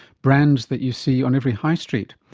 brands that you see on every high street.